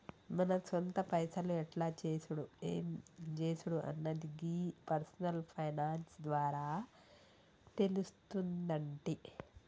మన సొంత పైసలు ఎట్ల చేసుడు ఎం జేసుడు అన్నది గీ పర్సనల్ ఫైనాన్స్ ద్వారా తెలుస్తుందంటి